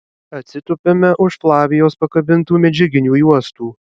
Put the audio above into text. atsitupiame už flavijos pakabintų medžiaginių juostų